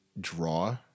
draw